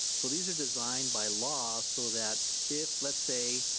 so these are designed by law so that if let's say,